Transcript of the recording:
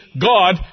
God